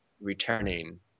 returning